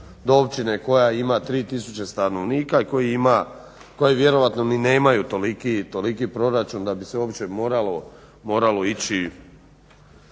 do općine koja ima 3000 stanovnika i koje vjerojatno ni nemaju toliki proračun da bi se uopće moralo ići